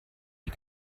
die